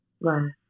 Right